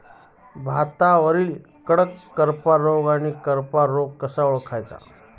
भातावरील कडा करपा आणि करपा रोग कसा ओळखायचा?